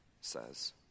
says